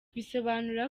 bisobanura